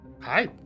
Hi